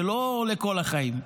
זה לא לכל החיים,